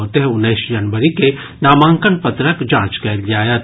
ओतहि उन्नैस जनवरी के नामांकन पत्रक जांच कयल जायत